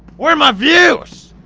where're my views!